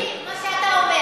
דברים מגעילים, מה שאתה אומר.